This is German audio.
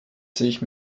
sich